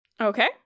Okay